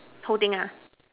whole thing ah